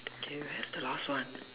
okay wait the last one